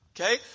Okay